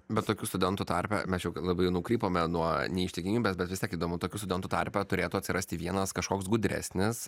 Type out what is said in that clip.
bet tokių studentų tarpe mes čia jau labai nukrypome nuo neištikimybės bet vis tiek įdomu tokių studentų tarpe turėtų atsirasti vienas kažkoks gudresnis